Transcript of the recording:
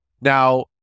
Now